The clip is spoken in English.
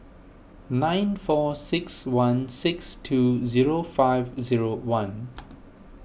nine four six one six two zero five zero one